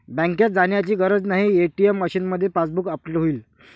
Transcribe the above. बँकेत जाण्याची गरज नाही, ए.टी.एम मशीनमध्येच पासबुक अपडेट होईल